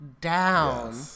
down